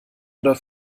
oder